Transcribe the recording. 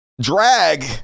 drag